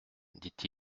dit